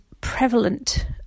prevalent